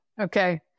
Okay